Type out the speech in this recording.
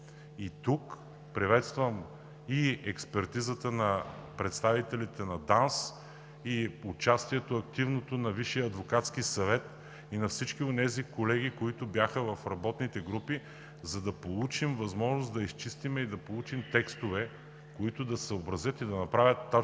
Тук приветствам и експертизата на представителите на ДАНС и активното участие на Висшия адвокатски съвет, и на всички онези колеги, които бяха в работните групи, за да получим възможност да изчистим и да получим текстове, които да съобразят и да направят точно